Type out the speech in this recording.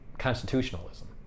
constitutionalism